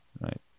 right